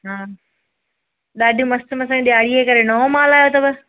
हा ॾाढियूं मस्तु मस ॾियारीअ जे करे नओं मालु आयो अथव